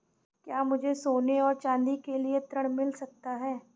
क्या मुझे सोने और चाँदी के लिए ऋण मिल सकता है?